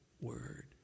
word